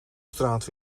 straat